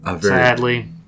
sadly